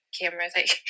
cameras